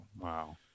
Wow